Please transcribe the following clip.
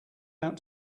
out